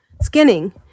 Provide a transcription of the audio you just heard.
skinning